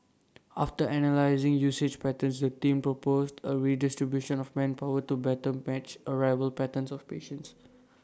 after analysing usage patterns the team proposed A redistribution of manpower to better match arrival patterns of patients